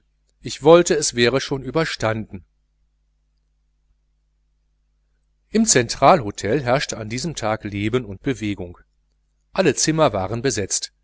ich wollte es wäre schon überstanden im zentralhotel herrschte an diesem tag leben und bewegung alle zimmer waren besetzt